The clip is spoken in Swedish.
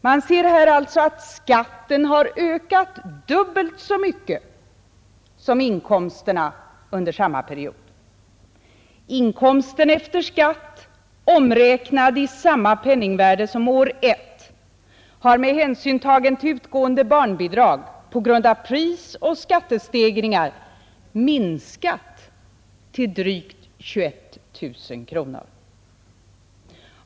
Man ser här alltså att skatten har ökat dubbelt så mycket som inkomsterna under samma period. Inkomsten efter skatt, omräknad i samma penningvärde som år 1, har, med hänsyn tagen till utgående barnbidrag, på grund av prisoch skattestegringar minskat till drygt 21 000 kronor.